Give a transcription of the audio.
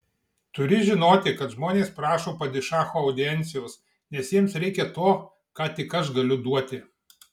turi žinoti kad žmonės prašo padišacho audiencijos nes jiems reikia to ką tik aš galiu duoti